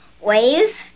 wave